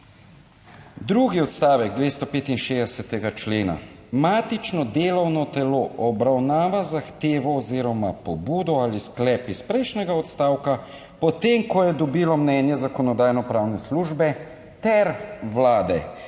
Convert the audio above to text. Drugi odstavek 265. člena, matično delovno telo obravnava zahtevo oziroma pobudo ali sklep iz prejšnjega odstavka potem, ko je dobilo mnenje Zakonodajno pravne službe ter Vlade